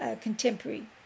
contemporary